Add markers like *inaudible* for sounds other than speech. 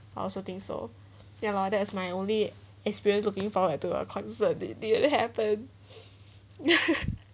I also think so ya lor that's my only experience looking forward to a concert they they didn't happen *laughs*